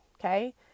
Okay